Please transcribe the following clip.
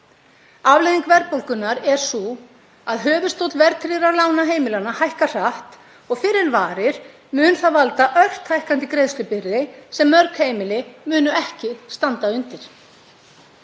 Afleiðing verðbólgunnar er sú að höfuðstóll verðtryggðra lána heimilanna hækkar hratt og fyrr en varir mun það valda ört hækkandi greiðslubyrði sem mörg heimili munu ekki standa undir.